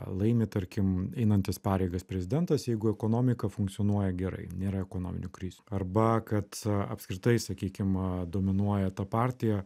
laimi tarkim einantis pareigas prezidentas jeigu ekonomika funkcionuoja gerai nėra ekonominių krizių arba kad apskritai sakykim dominuoja ta partija